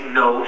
no